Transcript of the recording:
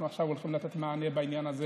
אנחנו עכשיו הולכים לתת מענה בעניין הזה